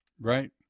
Right